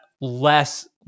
less